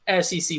SEC